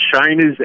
China's